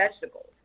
vegetables